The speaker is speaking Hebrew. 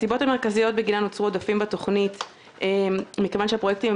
הסיבות המרכזיות שבגינן נוצרו עודפים בתוכנית היא שהפרויקטים הם